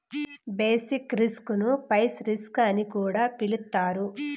basic risk ను price risk అని కూడా పిలుత్తారు